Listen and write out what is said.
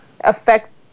affect